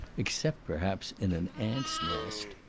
except, perhaps, in an ants' nest.